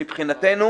מבחינתנו